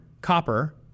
copper